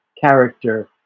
character